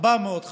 400,